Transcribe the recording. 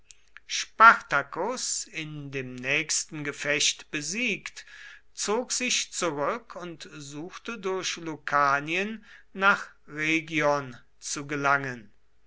spartacus in dem nächsten gefecht besiegt zog sich zurück und suchte durch lucanien nach rhegion zu gelangen